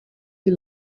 die